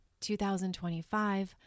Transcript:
2025